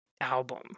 album